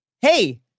Hey